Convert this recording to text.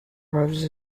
rose